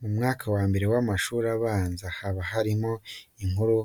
Mu mwaka wa mbere w'amashuri abanza haba harimo inkuru